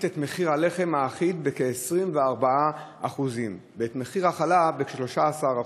את מחיר הלחם האחיד ב-24% ואת מחיר החלה ב-13%.